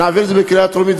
נעביר את זה בקריאה טרומית,